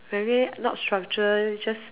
very not structured just